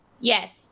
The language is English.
yes